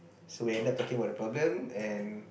so we end up talking about the problem and